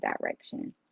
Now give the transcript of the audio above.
direction